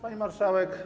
Pani Marszałek!